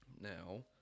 Now